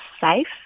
safe